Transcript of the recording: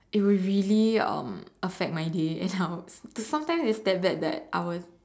it will really um affect my day and how sometimes it's that bad that I will